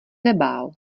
nebál